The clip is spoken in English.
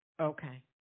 Okay